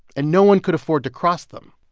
and no one could afford to cross them,